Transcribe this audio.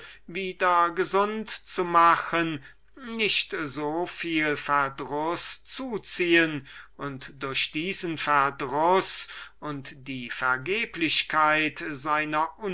wieder gesund zu machen nicht so viel verdruß zuziehen und durch diesen verdruß und die vergeblichkeit seiner